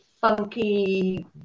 funky